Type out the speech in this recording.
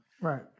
right